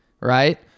right